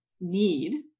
need